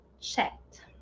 checked